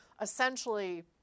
essentially